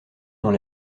dans